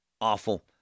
Awful